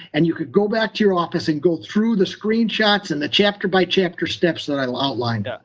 and you could go back to your office and go through the screen checks, and the chapter by chapter steps that i've outlined. ah